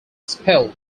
spelled